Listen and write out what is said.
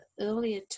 earlier